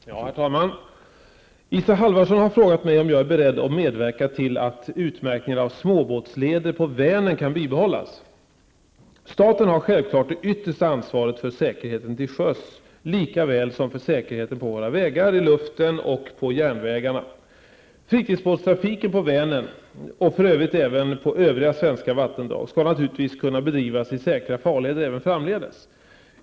Herr talman! Isa Halvarsson har frågat mig om jag är beredd att medverka till att utmärkningen av småbåtsleder på Vänern kan bibehållas. Staten har självklart det yttersta ansvaret för säkerheten till sjöss lika väl som för säkerheten på våra vägar, i luften och på järnvägarna. Fritidsbåtstrafiken på Vänern, och för övrigt även på övriga svenska vattendrag, skall naturligtvis kunna bedrivas i säkra farleder även framdeles.